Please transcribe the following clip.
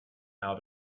out